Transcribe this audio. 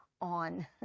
on